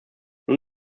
nun